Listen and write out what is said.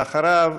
ואחריו,